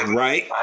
right